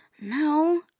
No